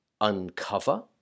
uncover